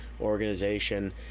organization